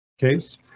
case